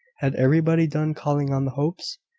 had everybody done calling on the hopes?